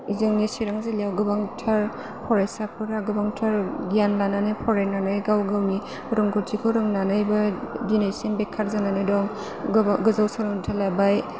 जोंनि चिरां जिल्लायाव गोबांथार फरायसाफोरा गोबांथार गियान लानानै फरायनानै गाव गावनि रोंगौथिखौ रोंनानैबो दिनैसिम बेखार जानानै दं गोजौ सोलोंथाय लाबाय